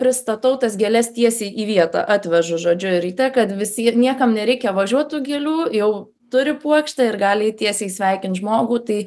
pristatau tas gėles tiesiai į vietą atvežu žodžiu ryte kad visi niekam nereikia važiuot tų gėlių jau turi puokštę ir gali eit tiesiai sveikint žmogų tai